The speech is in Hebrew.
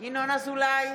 ינון אזולאי,